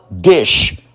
dish